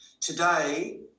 Today